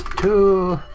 two.